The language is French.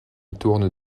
tourne